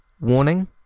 Warning